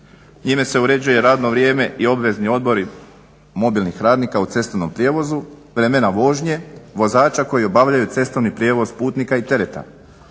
Njime se uređuje radno vrijeme i obvezni odbori mobilnih radnika u cestovnom prijevozu, vremena vožnje vozača koji obavljaju cestovni prijevoz putnika i tereta.